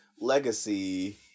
legacy